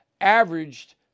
averaged